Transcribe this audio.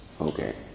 Okay